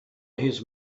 his